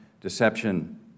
deception